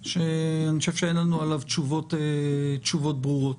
אם אין פער,